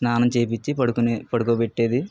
స్నానం చెయ్యించి పడుకునే పడుకోబెట్టేది